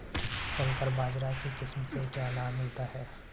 संकर बाजरा की किस्म से क्या लाभ मिलता है?